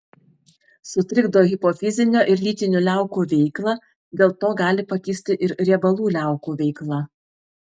sutrikdo hipofizio ir lytinių liaukų veiklą dėl to gali pakisti ir riebalų liaukų veikla